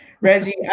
Reggie